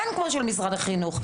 כן כמו של משרד החינוך.